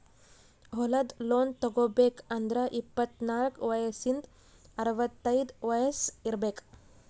ಹೊಲದ್ ಲೋನ್ ತಗೋಬೇಕ್ ಅಂದ್ರ ಇಪ್ಪತ್ನಾಲ್ಕ್ ವಯಸ್ಸಿಂದ್ ಅರವತೈದ್ ವಯಸ್ಸ್ ಇರ್ಬೆಕ್